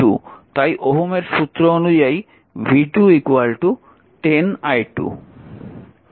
তাই ওহমের সূত্র অনুযায়ী v2 10 i2